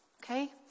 Okay